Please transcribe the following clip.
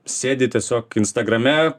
sėdi tiesiog instagrame